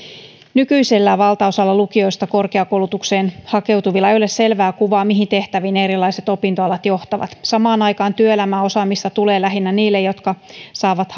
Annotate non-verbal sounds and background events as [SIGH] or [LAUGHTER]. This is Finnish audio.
nykyisellään valtaosalla lukioista korkeakoulutukseen hakeutuvilla ei ole selvää kuvaa mihin tehtäviin erilaiset opintoalat johtavat samaan aikaan työelämäosaamista tulee lähinnä niille jotka saavat [UNINTELLIGIBLE]